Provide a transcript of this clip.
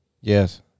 Yes